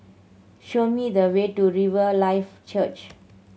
show me the way to Riverlife Church